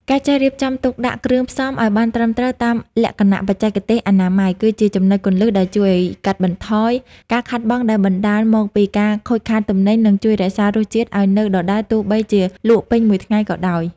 ការចេះរៀបចំទុកដាក់គ្រឿងផ្សំឱ្យបានត្រឹមត្រូវតាមលក្ខណៈបច្ចេកទេសអនាម័យ គឺជាចំណុចគន្លឹះដែលជួយកាត់បន្ថយការខាតបង់ដែលបណ្ដាលមកពីការខូចខាតទំនិញ និងជួយរក្សារសជាតិឱ្យនៅដដែលទោះបីជាលក់ពេញមួយថ្ងៃក៏ដោយ។